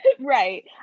Right